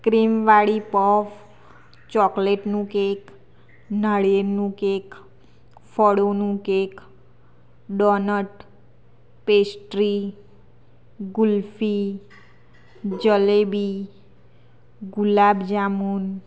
cream વાળી puff ચોકલેટનું cake નાળિયેરનું કેક ફળોનું cake donut pastry kulfi jalebi gulab jamun